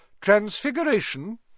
Transfiguration